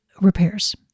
repairs